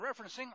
referencing